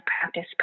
practice